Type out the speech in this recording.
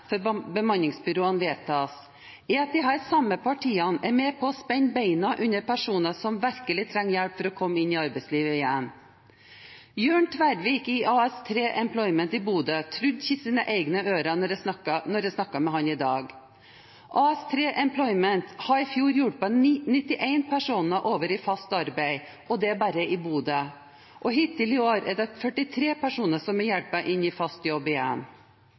for bemanningsbyråene vedtas, er at de samme partiene er med på å spenne beina under personer som virkelig trenger hjelp for å komme inn i arbeidslivet igjen. Jørn Tvervik i AS3 Employment i Bodø trodde ikke sine egne ører da jeg snakket med ham i dag. AS3 Employment hadde i fjor hjulpet 91 personer over i fast arbeid – og det bare i Bodø – og hittil i år er 43 personer hjulpet inn i fast jobb igjen.